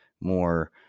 more